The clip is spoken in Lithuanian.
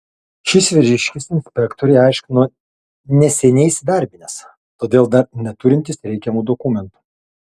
šis vyriškis inspektorei aiškino neseniai įsidarbinęs todėl dar neturintis reikiamų dokumentų